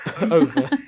over